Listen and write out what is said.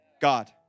God